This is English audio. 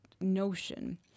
notion